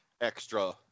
extra